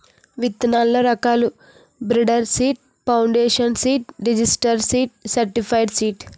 విత్తనాల్లో రకాలు breeder seed, foundation seed, registered seed, certified seed